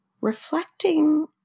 reflecting